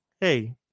hey